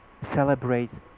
Celebrate